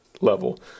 level